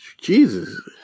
Jesus